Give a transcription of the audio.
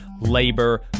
Labor